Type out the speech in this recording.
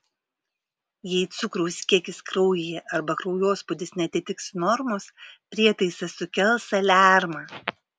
jei cukraus kiekis kraujyje arba kraujospūdis neatitiks normos prietaisas sukels aliarmą